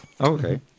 Okay